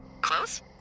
Close